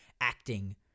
acting